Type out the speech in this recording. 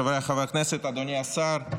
חבריי חברי הכנסת, אדוני השר,